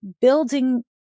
building